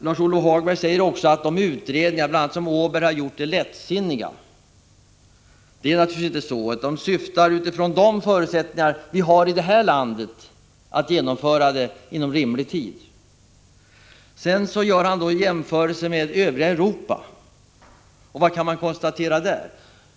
Lars-Ove Hagberg sade också att utredningar som gjorts, bl.a. av Åberg, är lättsinniga. På grundval av de förutsättningar som vi har i vårt land syftar de till ett genomförande inom rimlig tid. Vidare gjorde Lars-Ove Hagberg en jämförelse med det övriga Europa. Vad kan man då konstatera?